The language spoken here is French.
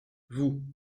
vous